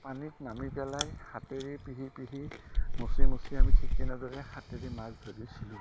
পানীত নামি পেলাই হাতেৰে পিহি পিহি মচি মচি আমি ঠিক তেনেদৰে হাতেৰে মাছ ধৰিছিলোঁ